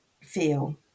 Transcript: feel